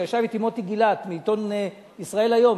ישב אתי מוטי גילת מעיתון "ישראל היום".